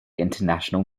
international